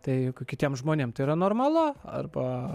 tai kitiems žmonėm tai yra normalu arba